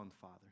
Father